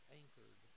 anchored